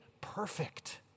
perfect